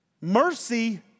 Mercy